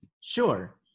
Sure